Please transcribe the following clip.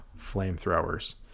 flamethrowers